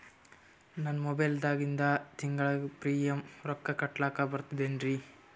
ನಮ್ಮ ಮೊಬೈಲದಾಗಿಂದ ತಿಂಗಳ ಪ್ರೀಮಿಯಂ ರೊಕ್ಕ ಕಟ್ಲಕ್ಕ ಬರ್ತದೇನ್ರಿ?